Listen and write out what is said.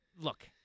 look